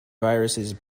viruses